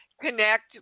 connect